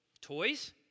toys